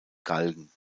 galgen